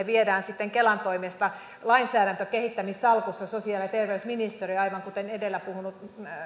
viedään sitten kelan toimesta lainsäädäntökehittämissalkussa sosiaali ja terveysministeriöön aivan kuten edellä puhunut